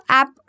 app